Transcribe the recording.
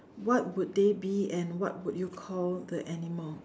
what would they be and what would you call the animal